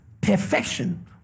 perfection